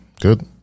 good